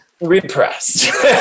repressed